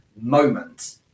moment